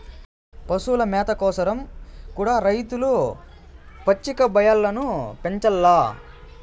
పశుల మేత కోసరం కూడా రైతులు పచ్చిక బయల్లను పెంచాల్ల